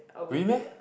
really meh